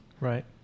Right